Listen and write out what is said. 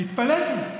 התפלאתי.